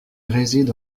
réside